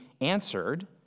answered